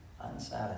Unsatisfied